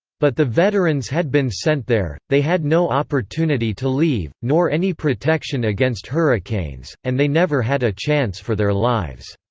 but the veterans had been sent there they had no opportunity to leave, nor any protection against hurricanes and they never had a chance for their lives.